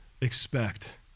expect